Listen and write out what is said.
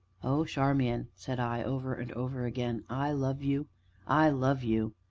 oh, charmian! said i, over and over again, i love you i love you.